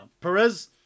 Perez